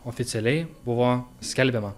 oficialiai buvo skelbiama